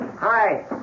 Hi